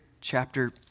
Chapter